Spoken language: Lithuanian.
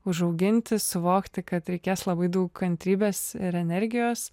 užauginti suvokti kad reikės labai daug kantrybės ir energijos